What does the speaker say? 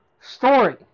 story